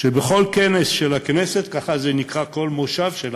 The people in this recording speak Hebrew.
שבכל כנס של הכנסת, ככה זה נקרא, כל מושב שלה,